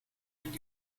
den